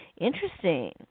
Interesting